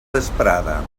vesprada